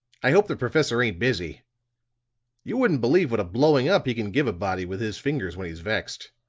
i hope the professor ain't busy you wouldn't believe what a blowing up he can give a body with his fingers when he's vexed.